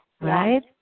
Right